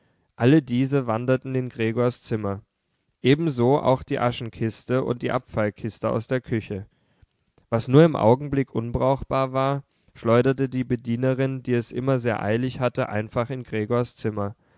alle diese wanderten in gregors zimmer ebenso auch die aschenkiste und die abfallkiste aus der küche was nur im augenblick unbrauchbar war schleuderte die bedienerin die es immer sehr eilig hatte einfach in gregors zimmer